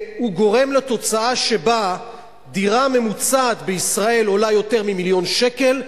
והוא גורם לתוצאה שבה דירה ממוצעת בישראל עולה יותר ממיליון שקל,